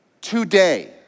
Today